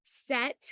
Set